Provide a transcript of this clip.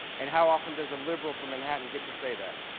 and how often does a liberal from manhattan get to say that?